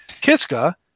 Kiska